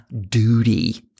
duty